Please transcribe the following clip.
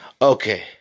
Okay